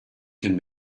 can